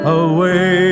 away